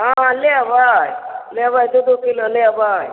हँ लेबै लेबै दू दू किलो लेबै